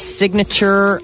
signature